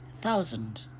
thousand